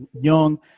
young